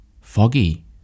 Foggy